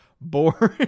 boring